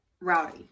rowdy